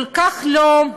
כל כך לא,